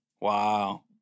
Wow